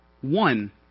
one